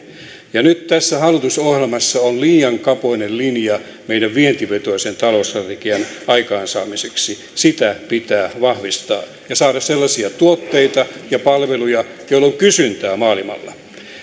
nyt tässä hallitusohjelmassa on liian kapoinen linja meidän vientivetoisen talousstrategiamme aikaansaamiseksi sitä pitää vahvistaa ja saada sellaisia tuotteita ja palveluja joilla on kysyntää maailmalla